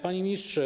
Panie Ministrze!